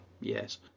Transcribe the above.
yes